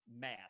math